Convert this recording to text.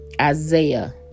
Isaiah